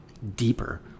deeper